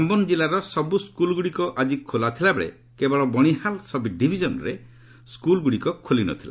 ରମ୍ୟନ୍ ଜିଲ୍ଲାର ସବୁ ସ୍କୁଲ୍ଗୁଡ଼ିକ ଆଜି ଖୋଲିଥିଲା ବେଳେ କେବଳ ବଣିହାଁଲ୍ ସବ୍ଡିଭିଜନ୍ରେ ସ୍କୁଲ୍ଗୁଡ଼ିକ ଖୋଲି ନ ଥିଲା